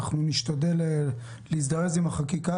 אנחנו נשתדל להזדרז עם החקיקה,